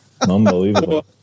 Unbelievable